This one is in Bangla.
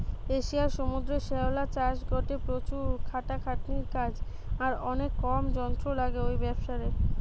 এশিয়ার সমুদ্রের শ্যাওলা চাষ গটে প্রচুর খাটাখাটনির কাজ আর অনেক কম যন্ত্র লাগে ঔ ব্যাবসারে